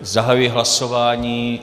Zahajuji hlasování.